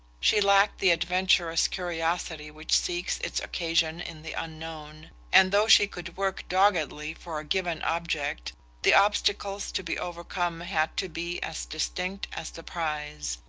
she lacked the adventurous curiosity which seeks its occasion in the unknown and though she could work doggedly for a given object the obstacles to be overcome had to be as distinct as the prize.